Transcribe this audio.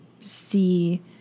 see